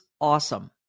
awesome